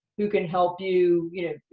who can help you, you know,